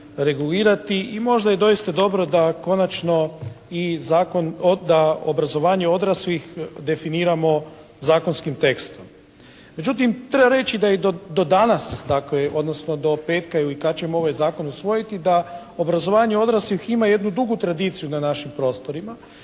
regulirati i možda je doista dobro da konačno i Zakon, da obrazovanje odraslih definiramo zakonskim tekstom. Međutim, treba reći da i do danas dakle, odnosno do petka ili kad ćemo ovaj Zakon usvojiti da obrazovanje odraslih ima jednu dugu tradiciju na našim prostorima